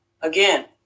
Again